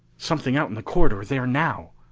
something out in the corridor there now!